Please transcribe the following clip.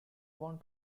want